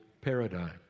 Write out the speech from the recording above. paradigm